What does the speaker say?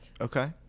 Okay